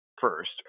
first